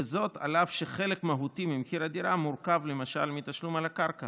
וזאת אף שחלק מהותי ממחיר הדירה מורכב למשל מתשלום על הקרקע